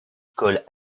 colle